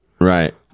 right